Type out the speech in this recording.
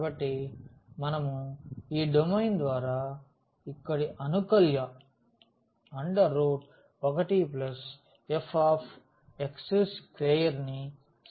కాబట్టి మనము ఈ డొమైన్ ద్వారా ఇక్కడి అనుకల్య 1fx2 ని సమకలనం చేస్తున్నాము